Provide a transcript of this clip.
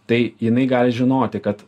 tai jinai gali žinoti kad